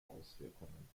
auswirkungen